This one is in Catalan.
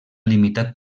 limitat